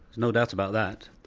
no doubt about that.